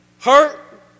hurt